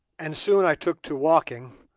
and soon i took to walking,